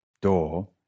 Door